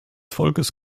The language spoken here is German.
volkes